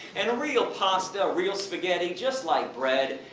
and a real pasta, a real spaghetti, just like bread,